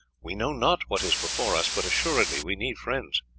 we know not what is before us, but assuredly we need friends.